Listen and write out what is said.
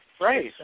Right